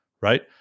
right